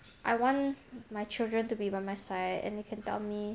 I want my children to be by my side and they can tell me